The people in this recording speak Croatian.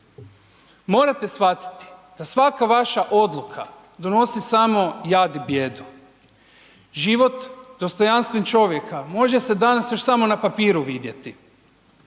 Morate shvatiti da svaka odluka donosi samo jad i bijedu. Život dostojanstven čovjeka može se danas još samo na papiru vidjeti.